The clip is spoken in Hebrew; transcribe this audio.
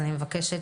אני מבקשת